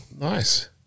Nice